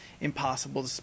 impossible